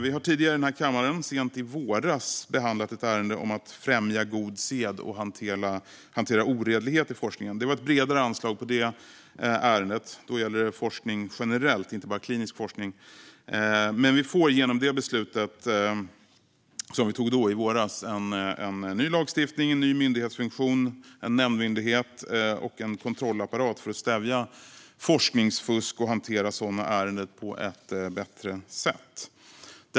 I den här kammaren har vi tidigare, sent i våras, behandlat ett ärende om att främja god sed och hantera oredlighet i forskningen. Det var ett bredare anslag på det ärendet; det gällde forskning generellt, inte bara klinisk forskning. Men genom beslutet vi tog i våras får vi en ny lagstiftning, en ny myndighetsfunktion i form av en nämndmyndighet och en kontrollapparat för att stävja forskningsfusk och hantera sådana ärenden på ett bättre sätt.